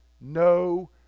no